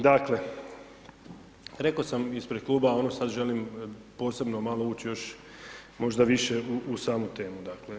Dakle, rekao sam ispred kluba, sad želim posebno malo ući još, možda više u samu temu, dakle.